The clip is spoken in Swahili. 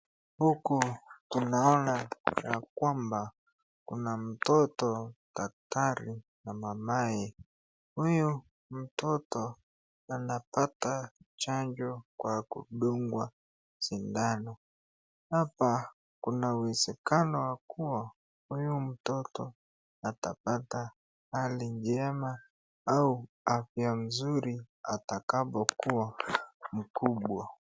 Huku tunaona yakwamba kuna mtoto, daktari,, na mamaye, huyu mtoto anapata chanjo kwa kudungwa sindano. Hapa kuna uwezekano yakuwa huyu mtoto atapata hali njema au afya nzuri atakapokuwa mkubwa.